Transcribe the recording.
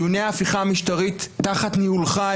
דיוני ההפיכה המשטרית תחת ניהולך,